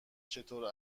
چطوری